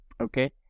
Okay